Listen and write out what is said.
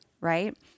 right